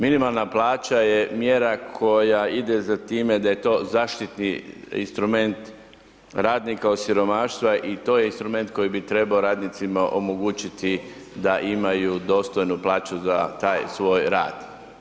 Minimalna plaća je mjera koja ide za time da je to zaštitni instrument radnika od siromaštva i to je instrument koji bi trebao radnicima omogućiti da imaju dostojnu plaću za taj svoj rad.